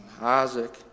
Isaac